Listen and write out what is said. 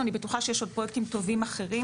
- ואני בטוחה שיש עוד פרויקטים טובים אחרים